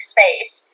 Space